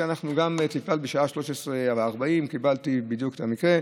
בשעה 13:40 בדיוק קיבלתי את המקרה,